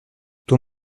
ton